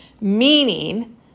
Meaning